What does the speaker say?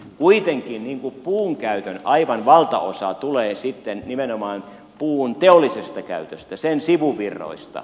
kuitenkin puunkäytön aivan valtaosa tulee nimenomaan puun teollisesta käytöstä sen sivuvirroista